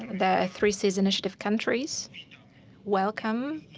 the three seas initiative countries welcome.